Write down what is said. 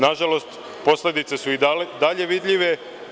Nažalost, posledice su i dalje vidljive.